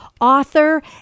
author